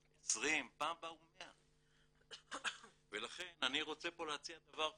20. פעם באו 100. לכן אני רוצה להציע פה דבר פרקטי,